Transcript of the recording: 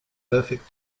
perfect